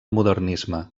modernisme